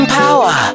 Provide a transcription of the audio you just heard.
power